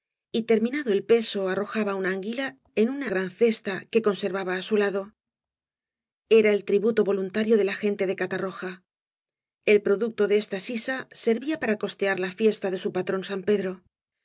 y terminado el peso arrojaba una anguila en una gran cesta que conservaba á su lado era el tributo voluntario de la gente de catarroja el producto de esta sisa servia para costear la fiesta de su patrón san pedro